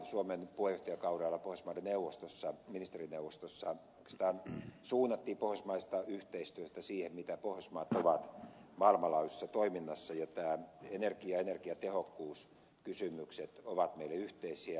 suomen puheenjohtajakaudella pohjoismaiden ministerineuvostossa oikeastaan suunnattiin pohjoismaista yhteistyötä siihen miten pohjoismaat ovat mukana maailmanlaajuisessa toiminnassa ja nämä energia ja energiatehokkuuskysymykset ovat meille yhteisiä